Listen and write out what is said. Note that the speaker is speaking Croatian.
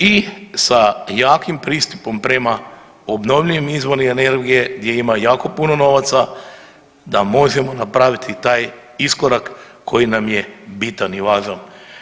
I sa jakim pristupom prema obnovljivim izvorima energije gdje ima jako puno novaca, da možemo napraviti i taj iskorak koji nam je bitan i važan.